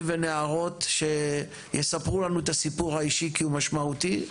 ונערות שיספרו לנו את הסיפור האישי כי הוא משמעותי,